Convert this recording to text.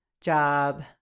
job